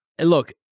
Look